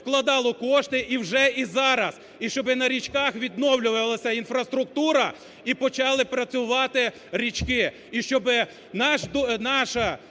вкладало кошти і вже і зараз, і щоб на річках відновлювалася інфраструктура, і почали працювати, і